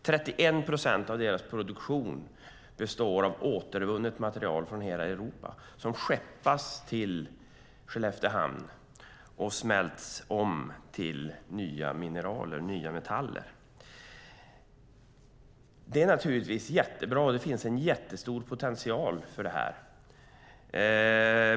31 procent av deras produktion består av återvunnet material från hela Europa, som skeppas till Skelleftehamn och smälts om till nya mineraler och nya metaller. Det är naturligtvis jättebra, och det finns en jättestor potential för detta.